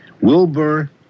Wilbur